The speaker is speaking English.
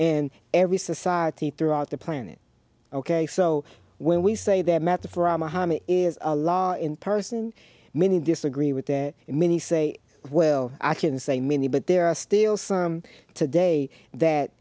and every society throughout the planet ok so when we say that metaphor is a law in person many disagree with that many say well i can say many but there are still some today that